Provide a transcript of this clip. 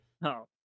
No